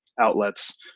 outlets